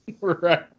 Right